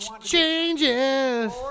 Changes